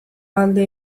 alde